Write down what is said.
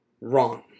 wrong